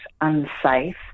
unsafe